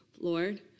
Lord